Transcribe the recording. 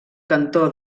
cantó